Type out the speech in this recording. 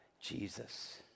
Jesus